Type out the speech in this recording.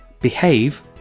behave